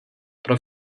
pro